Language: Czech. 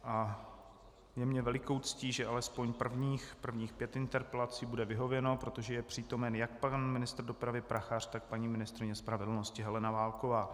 Je mi velikou ctí, že alespoň pěti interpelacím bude vyhověno, protože je přítomen jak pan ministr dopravy Prachař, tak paní ministryně spravedlnosti Helena Válková.